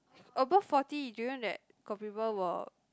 above forty do you know that got people will